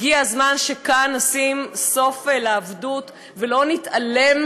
הגיע הזמן שנשים כאן סוף לעבדות ולא נתעלם